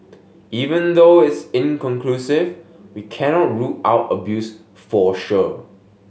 even though it's inconclusive we cannot rule out abuse for sure